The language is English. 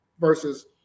versus